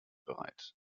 bereit